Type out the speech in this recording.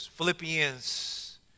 Philippians